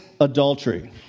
adultery